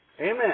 Amen